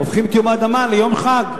הופכים את יום האדמה ליום חג.